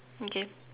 okay